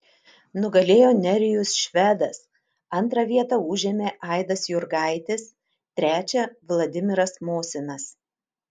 nugalėjo nerijus švedas antrą vietą užėmė aidas jurgaitis trečią vladimiras mosinas